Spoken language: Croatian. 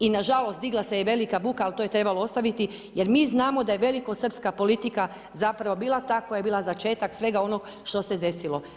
I na žalost digla se je velika buka, ali to je trebalo ostaviti jer mi znamo da je velikosrpska politika zapravo bila ta koja je bila začetak svega onog što se desilo.